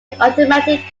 automatic